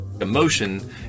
Emotion